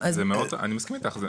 מסכים איתך,